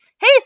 Hey